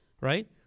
right